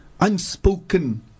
unspoken